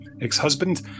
ex-husband